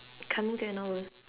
coming to an hour